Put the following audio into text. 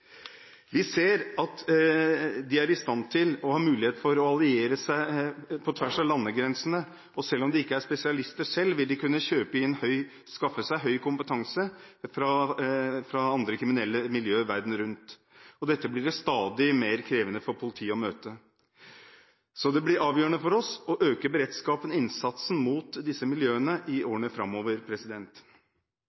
Vi ser at de er i stand til og har mulighet for å alliere seg på tvers av landegrensene, og selv om de ikke er spesialister selv, vil de kunne skaffe seg høy kompetanse fra andre kriminelle miljøer verden over, og dette blir det stadig mer krevende for politiet å møte. Så det blir avgjørende for oss å øke beredskapen, innsatsen, mot disse miljøene i